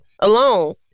Alone